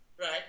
right